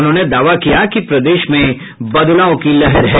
उन्होंने दावा किया कि प्रदेश में बदलाव की लहर है